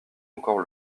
encore